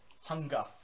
hunger